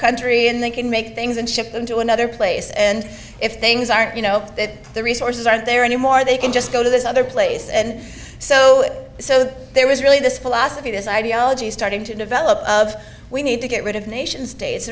country and they can make things and ship them to another place and if they you know that the resources aren't there anymore they can just go to this other place and so so there was really this philosophy this ideology starting to develop of we need to get rid of nation states